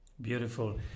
Beautiful